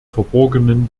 verborgenen